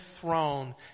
throne